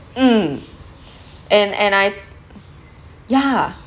mm and and I yeah